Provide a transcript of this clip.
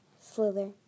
slither